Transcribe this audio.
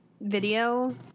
video